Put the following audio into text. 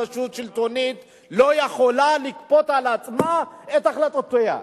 רשות שלטונית לא יכולה לכפות על עצמה את החלטותיה,